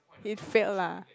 he failed lah